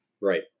Right